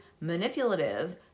manipulative